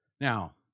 Now